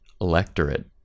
electorate